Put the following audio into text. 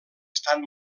estan